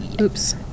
Oops